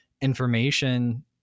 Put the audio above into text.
information